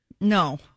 no